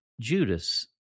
Judas